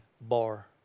bar